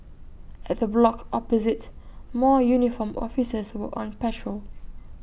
at the block opposite more uniformed officers were on patrol